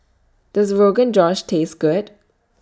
Does Rogan Josh Taste Good